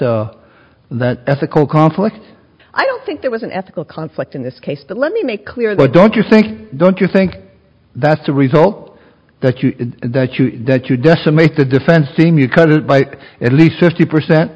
the that ethical conflicts i don't think there was an ethical conflict in this case that let me make clear though don't you think don't you think that's a result that you that you that you decimate the defense team you cut it by at least fifty percent